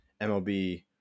MLB